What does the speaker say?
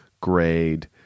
grade